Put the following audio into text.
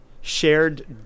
shared